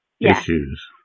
Issues